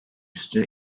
üstü